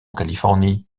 californie